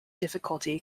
difficulty